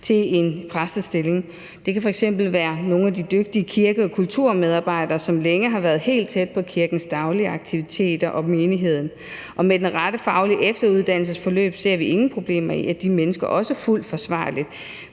til en præstestilling. Det kan f.eks. være nogle af de dygtige kirke- og kulturmedarbejdere, som længe har været helt tæt på kirkens daglige aktiviteter og menigheden. Med det rette faglige efteruddannelsesforløb ser vi ingen problemer i, at de mennesker også fuldt forsvarligt